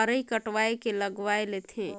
अरई कटवाए के लगवाए लेथे